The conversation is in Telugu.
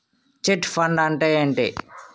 చిట్ ఫండ్ అంటే ఏంటి?